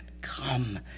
Come